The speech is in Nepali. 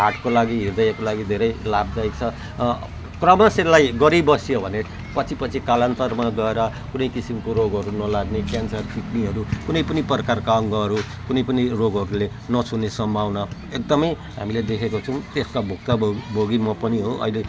हार्टको लागि ह्रदयको लागि धेरै लाभदायी छ क्रमशः यसलाई गरी बसियो भने पछि पछि कालान्तरमा गएर कुनै किसिमको रोगहरू नलाग्ने क्यान्सर किडनीहरू कुनै पनि प्रकारका अङ्गहरू कुनै पनि रोगहरूले नछुने सम्भावना एकदमै हामीले देखेको छौँ त्यसका भुक्तभोगी म पनि हो अहिले